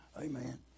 Amen